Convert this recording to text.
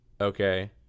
okay